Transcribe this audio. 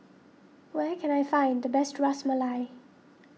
where can I find the best Ras Malai